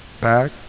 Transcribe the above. Back